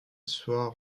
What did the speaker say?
soit